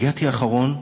הגעתי אחרון,